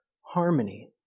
harmony